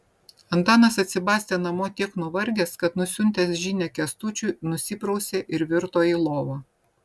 antanas atsibastė namo tiek nuvargęs kad nusiuntęs žinią kęstučiui nusiprausė ir virto į lovą